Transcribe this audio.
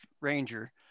Ranger